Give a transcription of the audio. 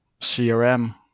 CRM